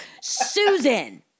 Susan